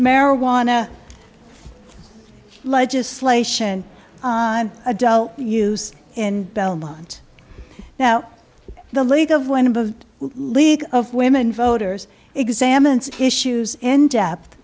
marijuana legislation on adult use in belmont now the league of one of the league of women voters examines issues in depth